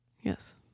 yes